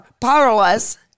powerless